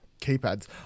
keypads